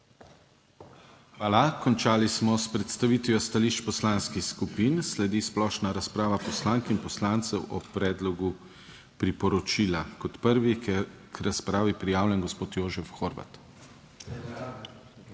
Hvala. Končali smo s predstavitvijo stališč poslanskih skupin. Sledi splošna razprava poslank in poslancev o predlogu priporočila. Kot prvi je k razpravi prijavljen gospod Jožef Horvat.